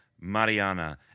Mariana